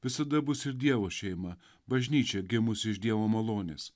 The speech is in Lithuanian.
visada bus ir dievo šeima bažnyčia gimusi iš dievo malonės